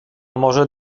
może